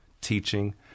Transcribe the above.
teaching